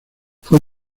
fue